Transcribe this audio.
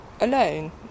alone